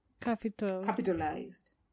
capitalized